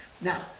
Now